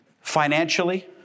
financially